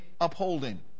upholding